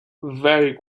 very